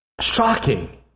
Shocking